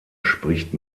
spricht